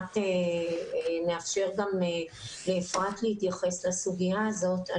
נאפשר גם לאפרת להתייחס לסוגיה הזאת.